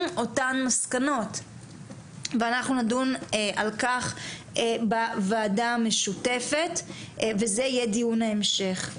אותם מסקנות ואנחנו נדון על כך בוועדה המשותפת וזה יהיה דיון ההמשך.